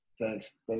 thanks